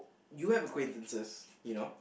you have acquaintances you know